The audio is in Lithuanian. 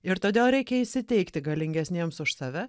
ir todėl reikia įsiteikti galingesniems už save